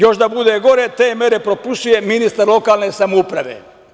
Još da bude gore, te mere propisuje ministar lokalne samouprave.